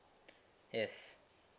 yes